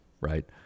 Right